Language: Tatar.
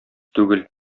түгел